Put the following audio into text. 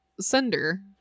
Sender